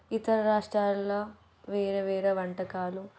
ఇతర రాష్ట్రాలలో వేరు వేరు వంటకాలు